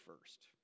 first